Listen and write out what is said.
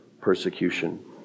persecution